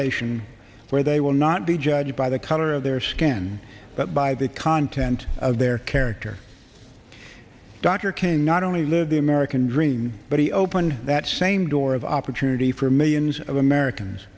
nation where they will not be judged by the color of their skin but by the content of their character dr k not only live the american dream but he opened that same door of opportunity for millions of americans